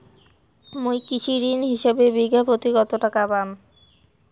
মুই কৃষি ঋণ হিসাবে বিঘা প্রতি কতো টাকা পাম?